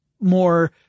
more